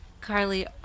Carly